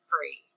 free